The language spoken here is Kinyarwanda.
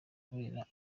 kubera